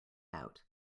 out